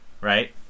right